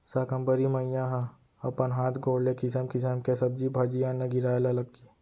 साकंबरी मईया ह अपन हात गोड़ ले किसम किसम के सब्जी भाजी, अन्न गिराए ल लगगे